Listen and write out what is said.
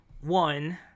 one